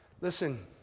Listen